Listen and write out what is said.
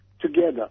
together